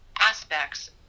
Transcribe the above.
aspects